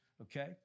okay